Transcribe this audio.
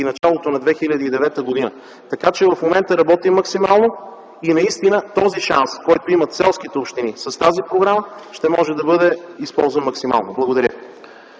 началото на 2009 г. Така че в момента работим максимално. Наистина този шанс, който имат селските общини с тази програма, ще може да бъде използван максимално. Благодаря.